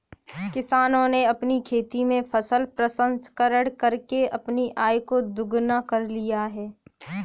किसानों ने अपनी खेती में फसल प्रसंस्करण करके अपनी आय को दुगना कर लिया है